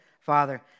Father